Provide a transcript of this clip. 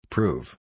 Prove